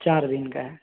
चार दिन का है